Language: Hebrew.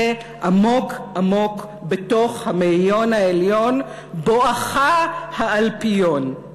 זה עמוק עמוק בתוך המאיון העליון, בואכה האלפיון.